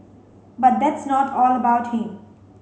but that's not all about him